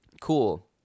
cool